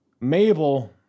Mabel